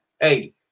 hey